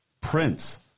Prince